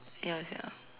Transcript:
ya sia